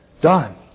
done